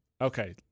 Okay